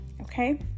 okay